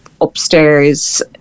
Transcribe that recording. upstairs